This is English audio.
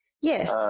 yes